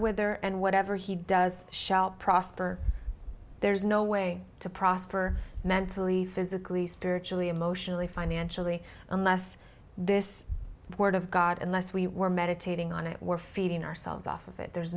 wither and whatever he does shall prosper there is no way to prosper mentally physically spiritually emotionally financially unless this word of god unless we were meditating on it were feeding ourselves off of it there